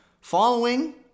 Following